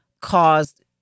caused